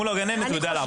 מול הגננת הוא יודע לעבוד.